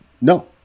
no